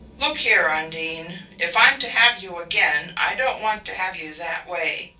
look here. undine, if i'm to have you again i don't want to have you that way.